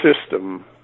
system